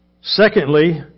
Secondly